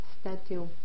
statue